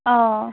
অ